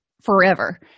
forever